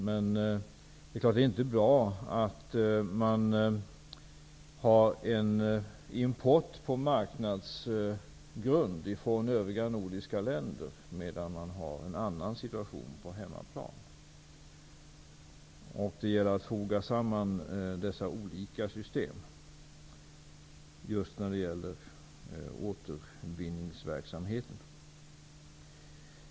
Men det är klart att det inte är bra att man har en import från övriga nordiska länder på marknadsgrund, medan man har en annan situation på hemmaplan. Det gäller att foga samman dessa olika system just när det gäller återvinningsverksamheten.